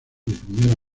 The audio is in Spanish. primera